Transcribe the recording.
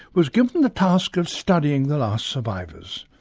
was given the task of studying the last survivors.